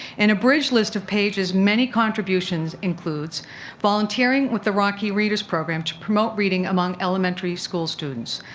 an abridged list of paige's many contributions includes volunteering with the rocky's readers program to promote reading among elementary school students.